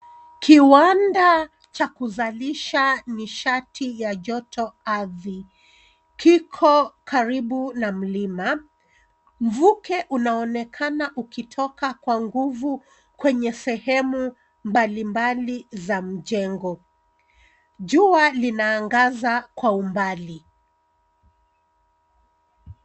Kiwanda cha kuzalisha nishati ya jotoardhi kiko karibu na mlima. Mvuke unaonekana ukitoka kwa nguvu kwenye sehemu mbalimbali za mjengo. Jua linaangaza kwa umbali.